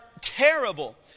terrible